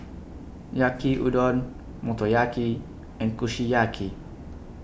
Yaki Udon Motoyaki and Kushiyaki